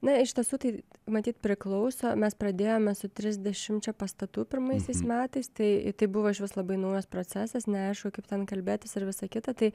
na iš tiesų tai matyt priklauso mes pradėjome su trisdešimčia pastatų pirmaisiais metais tai tai buvo išvis labai naujas procesas neaišku kaip ten kalbėtis ir visa kita tai